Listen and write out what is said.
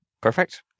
Perfect